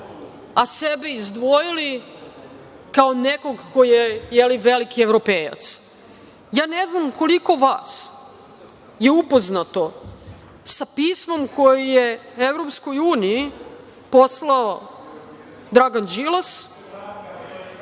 a sebe izdvojili kao nekog ko je, je li, veliki Evropejac. Ja ne znam koliko vas je upoznato sa pismom koje je EU poslao Dragan Đilas